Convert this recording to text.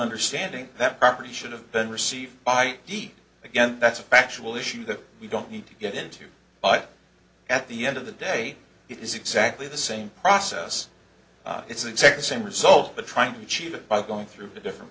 understanding that property should have been received by eat again that's a factual issue that we don't need to get into but at the end of the day it is exactly the same process it's exact same result but trying to achieve it by going through a different